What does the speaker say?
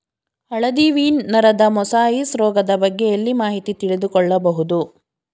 ಹಳದಿ ವೀನ್ ನರದ ಮೊಸಾಯಿಸ್ ರೋಗದ ಬಗ್ಗೆ ಎಲ್ಲಿ ಮಾಹಿತಿ ತಿಳಿದು ಕೊಳ್ಳಬಹುದು?